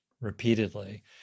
repeatedly